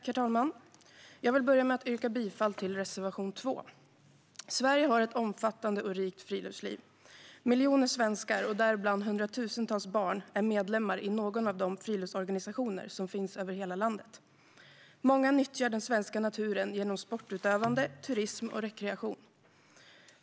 Herr talman! Jag vill börja med att yrka bifall till reservation 2. Sverige har ett omfattande och rikt friluftsliv. Miljoner svenskar, och däribland hundratusentals barn, är medlemmar i någon av de friluftsorganisationer som finns över hela landet. Många nyttjar den svenska naturen genom sportutövande, turism och rekreation.